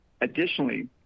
Additionally